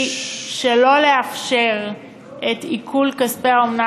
היא שלא לאפשר את עיקול כספי האומנה,